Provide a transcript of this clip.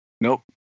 nope